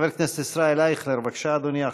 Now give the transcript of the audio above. חבר הכנסת ישראל אייכלר, בבקשה, אדוני.